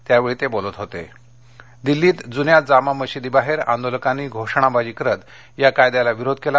त्यावेळी ते बोलत होते दिल्लीत जुन्या जामा मशिदीबाहेर आंदोलकांनी घोषणाबाजी करत या कायद्याला विरोध केला